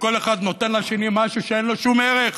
כל אחד נותן לשני משהו שאין לו שום ערך.